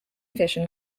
vision